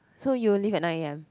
so you will leave at nine a_m